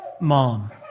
mom